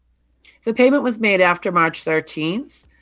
the payment was made after march thirteen,